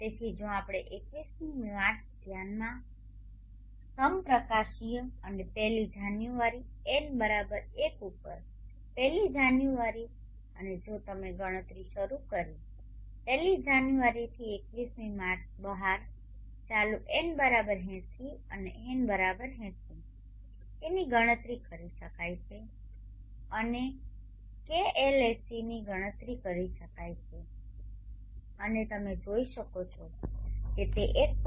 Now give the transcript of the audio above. તેથી જો આપણે 21મી માર્ચ ધ્યાનમાં સમપ્રકાશીય અને 1લી જાન્યુઆરી N1 ઉપર 1લી જાન્યુઆરી અને જો તમે ગણતરી શરૂ કરી 1લિ જાન્યુઆરી થી 21મી માર્ચ બહાર ચાલુ N80 અને N80 કે ની ગણતરી કરી શકાય છે અને k Lsc સી ની ગણતરી કરી શકાય છે અને તમે જોઈ શકો છો કે તે 1